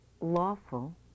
lawful